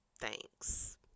Thanks